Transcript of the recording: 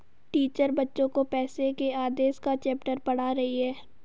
teacher बच्चो को पैसे के आदेश का चैप्टर पढ़ा रही हैं